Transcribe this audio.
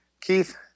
Keith